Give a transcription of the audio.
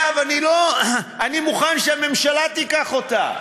אני מוכן שהממשלה תיקח אותה.